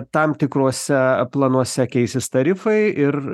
tam tikruose planuose keisis tarifai ir